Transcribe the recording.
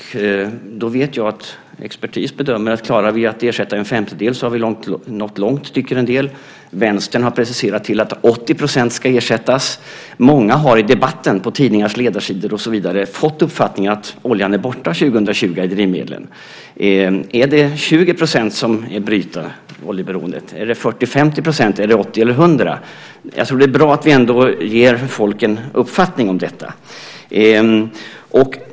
Jag vet att expertis bedömer att om vi klarar att ersätta en femtedel har vi nått långt. Det tycker en del. Vänstern har preciserat det till att 80 % ska ersättas. Många har i debatten på tidningars ledarsidor och så vidare fått uppfattningen att oljan är borta 2020 från drivmedlen. Är det 20 % som är att bryta oljeberoendet? Är det 40, 50, 80 eller 100 %? Jag tror att det är bra att vi ger folk en uppfattning om detta.